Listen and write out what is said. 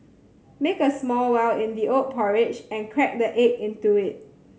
make a small well in the oat porridge and crack the egg into it